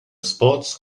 sports